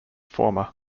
former